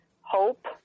Hope